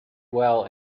well